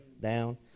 down